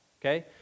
okay